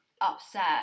upset